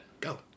Go